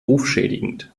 rufschädigend